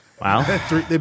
Wow